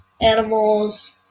animals